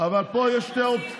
אבל פה יש, לא, דוד.